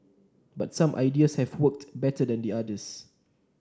but some ideas have worked better than the others